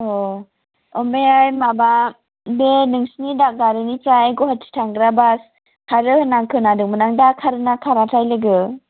अ ओमफ्रायहाय माबा बे नोंसिनि दादगारिनिफ्राय गुवाहाटि थांग्रा बास खारो होननानै खोनादोंमोन आं दा खारो ना खाराथाय लोगो